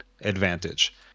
advantage